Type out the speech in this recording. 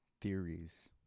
theories